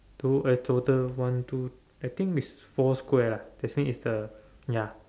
two eh total one two I think is four square lah that's mean is the ya